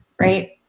right